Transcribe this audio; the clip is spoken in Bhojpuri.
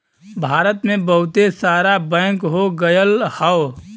भारत मे बहुते सारा बैंक हो गइल हौ